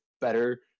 better